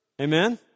Amen